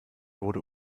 wurde